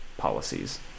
policies